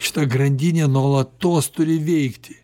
šita grandinė nuolatos turi veikti